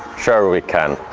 sure we can!